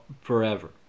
forever